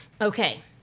Okay